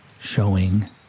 showing